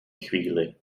chvíli